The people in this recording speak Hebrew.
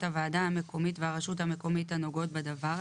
הוועדה המקומית והרשות המקומית הנוגעות בדבר,